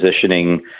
positioning